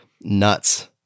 nuts